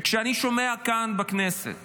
וכשאני שומע כאן בכנסת